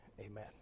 Amen